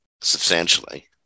substantially